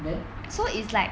then